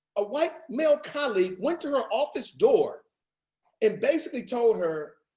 a white male colleague went to her office door and basically told her,